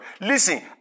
Listen